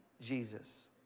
Jesus